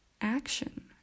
action